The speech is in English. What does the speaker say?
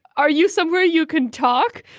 are you somewhere you can talk?